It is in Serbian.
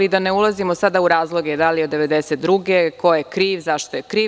Da ne ulazimo sada u razloge da li je od 1992, ko je kriv, zašto je kriv.